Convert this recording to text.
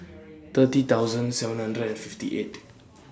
thirty thousand seven hundred and fifty eight